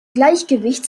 gleichgewicht